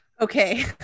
Okay